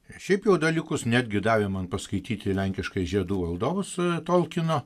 hipių dalykus netgi davė man paskaityti lenkiškai žiedų valdovus e tolkino